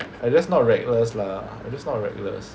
I just not reckless lah I just not reckless